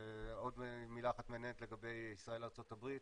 עוד מילה אחת מעניינת לגבי ישראל-ארצות הברית.